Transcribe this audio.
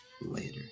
later